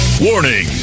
Warning